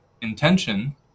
intention